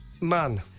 man